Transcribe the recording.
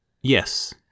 Yes